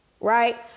Right